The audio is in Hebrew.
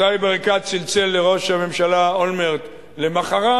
סאיב עריקאת צלצל לראש הממשלה אולמרט למחרת,